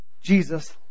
Jesus